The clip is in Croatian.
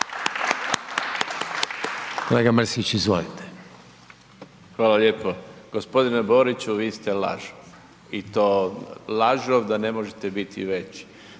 Hvala